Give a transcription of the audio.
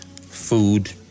food